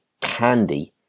candy